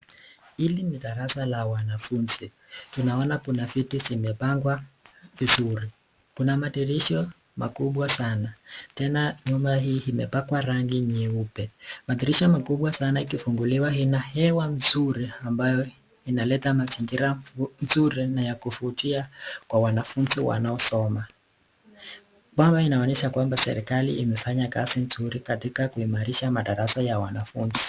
Hili ni darasa la wanafunzi. Tunaona kuna viti zimepangwa vizuri. Kuna madirisha makubwa sana, tena nyumba hii imepakwa rangi nyeupe. Madirisha makubwa sana ikifunguliwa ina hewa nzuri ambayo inaleta mazingira nzuri na ya kuvutia kwa wanafunzi wanaosoma. Pale inaonyesha kwamba serikali imefanya kazi nzuri katika kuimarisha madarasa ya wanafunzi.